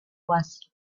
was